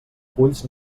fulls